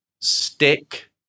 stick